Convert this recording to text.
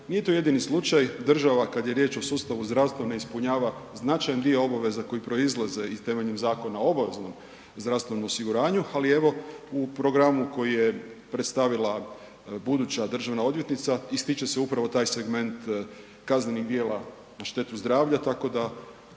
nije to jedini slučaja, država kad je riječ o sustavu zdravstva, ne ispunjava značajni dio obaveza koje proizlaze iz temeljem Zakona o obaveznom zdravstvenom osiguranju, ali evo u programu koji je predstavila buduća državna odvjetnica, ističe se upravo taj segment kaznenih djela na štetu zdravlja tako da